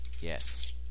Yes